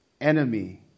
enemy